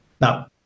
now